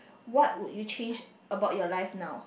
what would you change about your life now